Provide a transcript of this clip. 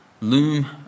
loom